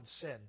sin